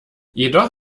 jedoch